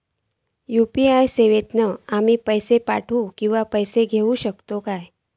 UPI सेवेतून आम्ही पैसे पाठव किंवा पैसे घेऊ शकतू काय?